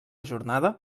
jornada